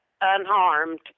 unharmed